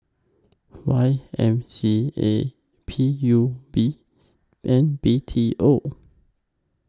Y M C A P U B and B T O